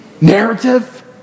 narrative